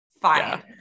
Fine